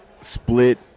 split